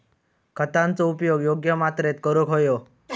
खतांचो उपयोग योग्य मात्रेत करूक व्हयो